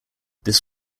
this